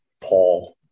Paul